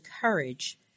courage